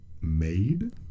Made